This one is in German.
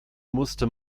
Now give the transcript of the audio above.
musste